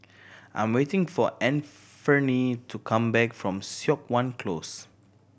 I'm waiting for Anfernee to come back from Siok Wan Close